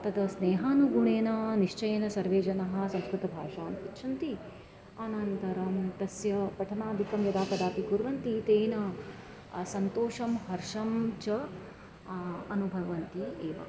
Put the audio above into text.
तद् स्नेहानुगुणेन निश्चयेन सर्वे जनाः संस्कृतभाषाम् इच्छन्ति अनन्तरं तस्य पठनादिकं यदा कदापि कुर्वन्ति तेन सन्तोषं हर्षं च अनुभवन्ति एव